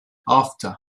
after